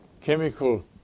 chemical